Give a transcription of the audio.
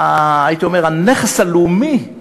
הנכס הלאומי הזה,